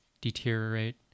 deteriorate